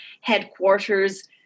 headquarters